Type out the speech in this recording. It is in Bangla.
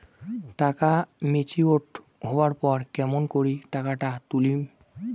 টাকা ম্যাচিওরড হবার পর কেমন করি টাকাটা তুলিম?